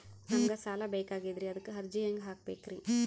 ನಮಗ ಸಾಲ ಬೇಕಾಗ್ಯದ್ರಿ ಅದಕ್ಕ ಅರ್ಜಿ ಹೆಂಗ ಹಾಕಬೇಕ್ರಿ?